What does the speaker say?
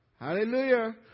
Hallelujah